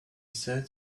said